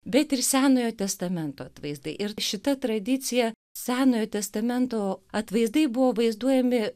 bet ir senojo testamento atvaizdai ir šita tradicija senojo testamento atvaizdai buvo vaizduojami